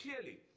Clearly